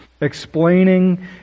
explaining